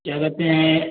क्या कहते हैं